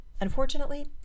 Unfortunately